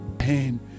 pain